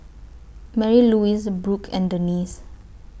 Marylouise Brooke and Denise